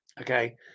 Okay